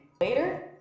later